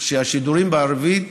שהשידורים בערבית,